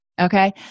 Okay